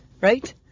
right